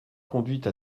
conduite